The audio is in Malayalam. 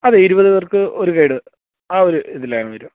അതേ ഇരുപത് പേർക്ക് ഒരു ഗൈഡ് ആ ഒരു ഇതിലാകും വരിക